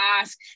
ask